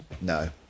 no